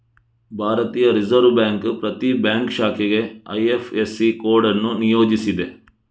ಭಾರತೀಯ reserve bank ಪ್ರತಿ bank ಶಾಖೆಗೆ ಐ.ಎಫ್.ಎಸ್.ಸಿ ಕೋಡ್ ಅನ್ನು ನಿಯೋಜಿಸಿದೆ